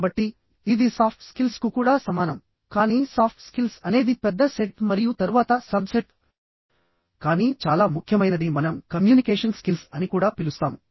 కాబట్టి ఇది soft skills కు కూడా సమానం కానీ సాఫ్ట్ స్కిల్స్ అనేది పెద్ద సెట్ మరియు తరువాత సబ్సెట్ కానీ చాలా ముఖ్యమైనది మనం కమ్యూనికేషన్ స్కిల్స్ అని కూడా పిలుస్తాము